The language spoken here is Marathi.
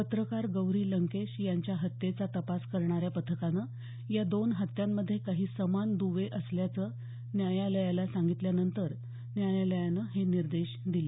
पत्रकार गौरी लंकेश यांच्या हत्येचा तपास करणाऱ्या पथकानं या दोन हत्यांमध्ये काही समान दुवे असल्याचं न्यायालयाला सांगितल्यानंतर न्यायालयानं हे निर्देश दिले